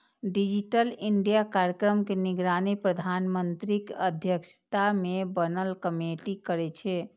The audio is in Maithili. डिजिटल इंडिया कार्यक्रम के निगरानी प्रधानमंत्रीक अध्यक्षता मे बनल कमेटी करै छै